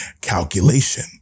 calculation